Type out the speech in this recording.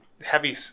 heavy